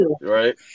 Right